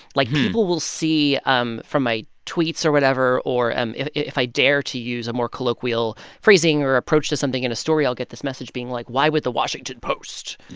like, people will see um from my tweets or whatever or um if if i dare to use a more colloquial phrasing or approach to something in a story, i'll get this message being like, why would the washington post.